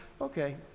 Okay